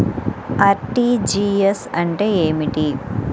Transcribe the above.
RTGS అంటే ఏమిటి?